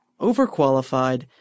overqualified